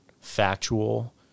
factual